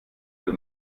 wird